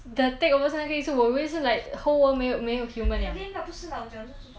的 takeover 是那个意思我以为是 like whole world 没有没有 humans liao